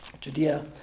Judea